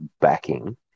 backing